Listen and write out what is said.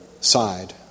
side